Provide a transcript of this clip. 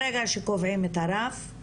ברגע שקובעים את הרף,